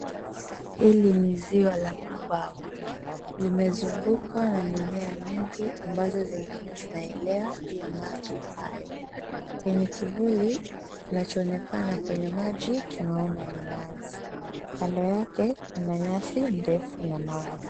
Hili ni ziwa la mabawa. Limezungukwa na mimea mingi ambazo zingine zinaelea juu ya maji hayo. Kwenye kivuli kinachoonekana kwenye maji tunaona minazi. Kando yake kuna nyasi ndefu na mawe.